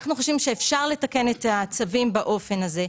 אנו חושבים שאפשר לתקן את הצווים באופן זה.